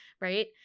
right